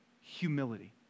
humility